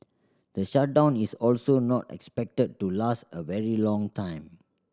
the shutdown is also not expected to last a very long time